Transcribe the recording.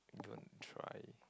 don't try